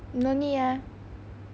no need ah